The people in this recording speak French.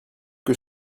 que